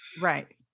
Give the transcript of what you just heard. right